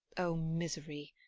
o misery!